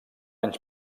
anys